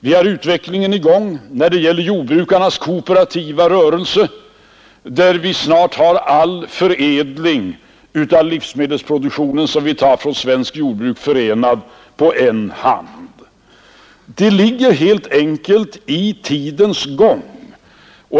Vi har utvecklingen i gång när det gäller jordbrukarnas kooperativa rörelse, där vi snart har all förädling av livsmedelsproduktionen från svenskt jordbruk förenad på en hand. Det ligger helt enkelt i tiden.